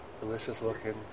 delicious-looking